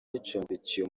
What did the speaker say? gicumbikiye